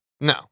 No